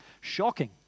shocking